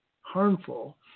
harmful